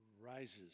rises